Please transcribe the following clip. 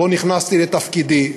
שבו נכנסתי לתפקידי,